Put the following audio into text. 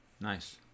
Nice